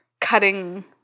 Cutting